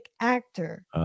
actor